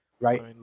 Right